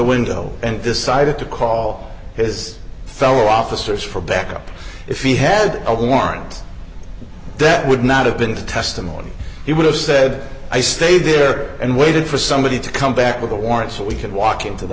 window and decided to call his fellow officers for backup if he had a warrant that would not have been testimony he would have said i stayed there and waited for somebody to come back with a warrant so we could walk into the